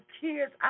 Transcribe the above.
kids